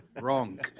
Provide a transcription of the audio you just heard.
Wrong